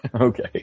Okay